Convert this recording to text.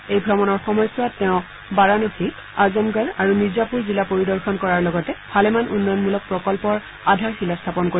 এই ভ্ৰমনৰ সময়ছোৱাত তেওঁ বাৰানসী আজামগড় আৰু মিৰ্জাপুৰ জিলা পৰিদৰ্শন কৰাৰ লগতে ভালেমান উন্নয়ণমূলক প্ৰকল্পৰ আধাৰশিলা স্থাপন কৰিব